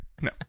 No